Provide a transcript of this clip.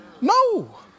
No